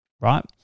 right